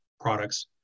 products